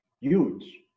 huge